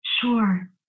Sure